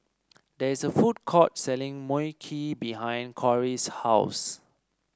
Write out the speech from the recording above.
there is a food court selling Mui Kee behind Cori's house